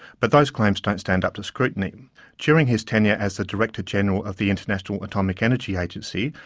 but those claims don't stand up to scrutiny during his tenure as the director-general of the international atomic energy agency,